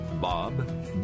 Bob